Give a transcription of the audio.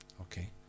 Okay